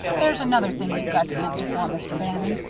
there's another thing you've got to answer for, mr. bannon.